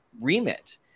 remit